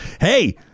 Hey